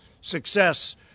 success